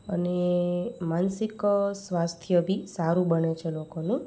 અને માનસિક સ્વાસ્થ્ય બી સારું બને છે લોકોનું